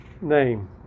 name